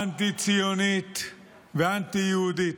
אנטי-ציונית ואנטי-יהודית.